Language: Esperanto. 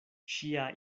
ŝia